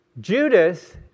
Judas